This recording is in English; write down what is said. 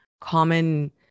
common